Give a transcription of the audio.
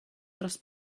dros